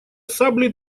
саблей